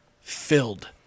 filled